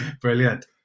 Brilliant